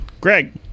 Greg